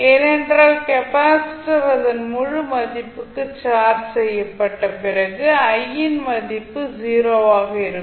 ஏனென்றால் கெப்பாசிட்டர் அதன் முழு மதிப்புக்கு சார்ஜ் செய்யப்பட்ட பிறகு i யின் மதிப்பு 0 ஆக இருக்கும்